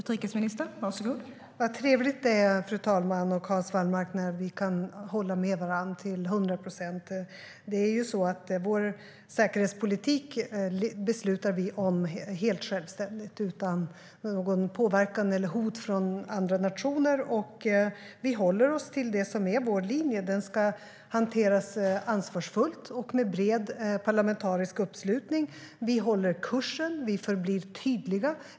Fru talman! Vad trevligt det är, Hans Wallmark, när vi kan hålla med varandra till hundra procent! Det är ju så att vår säkerhetspolitik beslutar vi om helt självständigt, utan påverkan eller hot från andra nationer. Vi håller oss till det som är vår linje. Den ska hanteras ansvarsfullt och med bred parlamentarisk uppslutning. Vi håller kursen. Vi förblir tydliga.